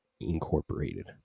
Incorporated